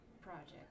project